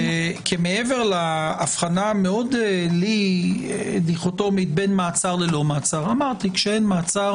כי מעבר להבחנה שלי מאוד דיכוטומית בין מעצר ללא מעצר כשאין מעצר